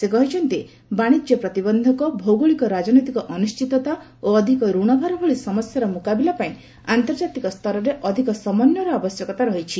ସେ କହିଛନ୍ତି ବାଣିଜ୍ୟ ପ୍ରତିବନ୍ଧକ ଭୌଗୋଳିକ ରାଜନୈତିକ ଅନିର୍ଣ୍ଣିତତା ଓ ଅଧିକ ଋଣଭାର ଭଳି ସମସ୍ୟାର ମୁକାବିଲା ପାଇଁ ଆନ୍ତର୍ଜାତିକ ସ୍ତରରେ ଅଧିକ ସମନ୍ୱୟର ଆବଶ୍ୟକତା ରହିଛି